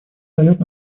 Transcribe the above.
дает